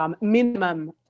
minimum